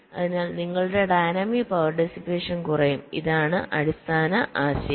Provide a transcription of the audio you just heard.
അതിനാൽ നിങ്ങളുടെ dynamic power dissipation കുറയും ഇതാണ് അടിസ്ഥാന ആശയം